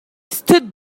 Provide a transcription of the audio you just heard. stood